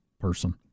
person